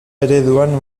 ereduan